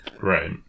right